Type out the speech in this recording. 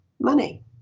money